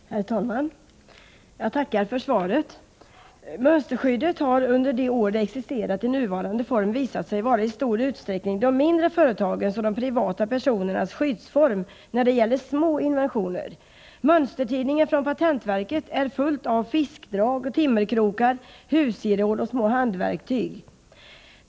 Herr talman! Jag tackar för svaret. Mönsterskyddet har under de år det existerat i nuvarande form i stor utsträckning visat sig vara de mindre företagens och de privata personernas skyddsform, när det gäller små inventioner. Mönstertidningen från patentverket är full av fiskdrag och timmerkrokar, husgeråd och små handverktyg.